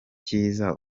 cyiza